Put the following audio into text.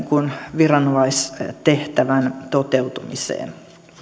viranomaistehtävän toteutumiseen